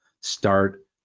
start